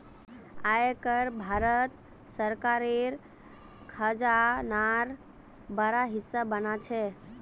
आय कर भारत सरकारेर खजानार बड़ा हिस्सा बना छे